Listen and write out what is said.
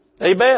Amen